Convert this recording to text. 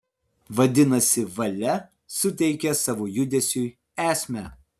vadinasi valia suteikia savo judesiui esmę